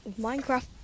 Minecraft